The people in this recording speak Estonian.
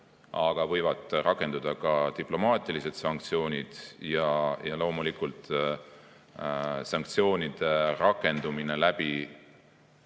aga võivad rakenduda ka diplomaatilised sanktsioonid. Ja loomulikult sanktsioonide rakendumine,